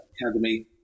Academy